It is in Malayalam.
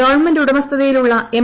ഗവൺമെന്റ് ഉടമസ്ഥതയിലുള്ള എം